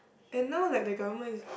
and now like the government is